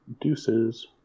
Deuces